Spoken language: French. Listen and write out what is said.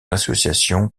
association